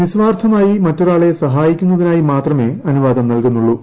നിസ്വാർത്ഥമായി മറ്റൊരാളെ സഹായിക്കുന്നതിനായി മാത്രമേ അനുവാദം നൽകുന്നുള്ളു